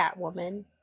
Catwoman